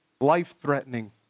life-threatening